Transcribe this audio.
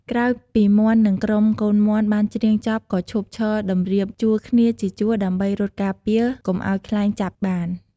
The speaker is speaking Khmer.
ក្រោយពីមាន់និងក្រុមកូនមាន់បានច្រៀងចប់ក៏ឈប់ឈរតម្រៀបជួរគ្នាជាជួរដើម្បីរត់ការពារកុំខ្លែងចាប់បាន។